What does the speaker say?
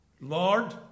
Lord